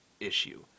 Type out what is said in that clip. issue